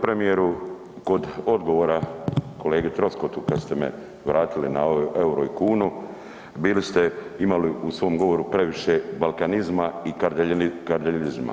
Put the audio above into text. Premijeru kod odgovora kolegi Troskotu kada ste me vratili na euro i kunu bili ste imali u svom govoru previše balkanizma i kardeljizma.